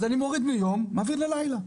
אז אני מוריד מיום ומזיז ללילה.